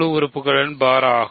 f ஆகும்